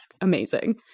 amazing